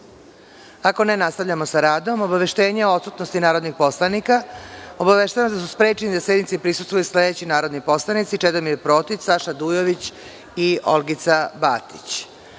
ne, nastavljamo sa radom. Obaveštenje o odsutnosti narodnih poslanika. Obaveštavam vas da su sprečeni da sednici prisustvuju sledeći narodni poslanici: Čedomir Protić, Saša Dujović i Olgica